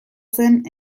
zen